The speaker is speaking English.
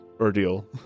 ordeal